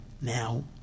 now